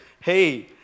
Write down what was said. Hey